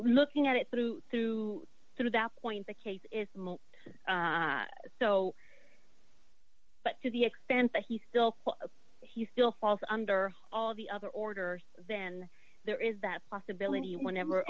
looking at it through through through that point the case is so but to the extent that he still he still falls under all the other order then there is that possibility whenever